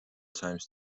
times